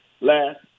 last